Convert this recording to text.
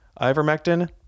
Ivermectin